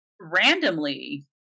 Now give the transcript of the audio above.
Randomly